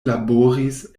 laboris